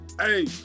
Hey